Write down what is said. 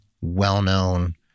well-known